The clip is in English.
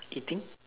eating